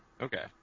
Okay